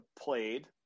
played